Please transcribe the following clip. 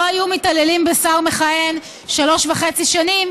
לא היו מתעללים בשר מכהן שלוש וחצי שנים